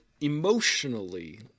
emotionally